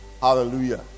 Hallelujah